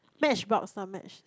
matchbox uh match